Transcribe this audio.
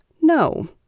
No